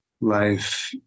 life